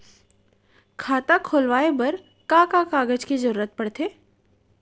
खाता खोलवाये बर का का कागज के जरूरत पड़थे?